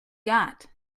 got